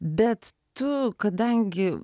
bet tu kadangi